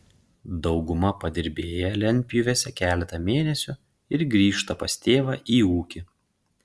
dauguma padirbėja lentpjūvėse keletą mėnesių ir grįžta pas tėvą į ūkį